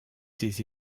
ses